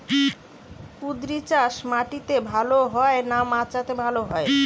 কুঁদরি চাষ মাটিতে ভালো হয় না মাচাতে ভালো হয়?